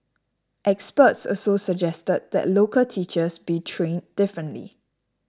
experts also suggested that local teachers be trained differently